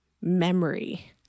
memory